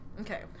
Okay